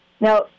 Now